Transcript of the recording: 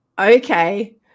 Okay